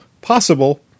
possible